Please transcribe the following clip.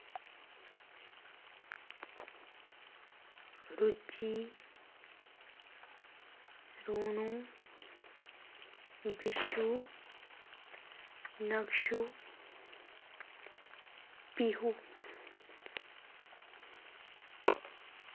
Ruchi Ronu Bishu Nakshu Pihu